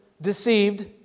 Deceived